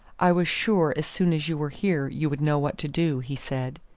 i was sure as soon as you were here you would know what to do, he said.